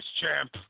champ